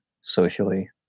socially